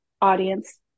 audience